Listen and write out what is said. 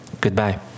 Goodbye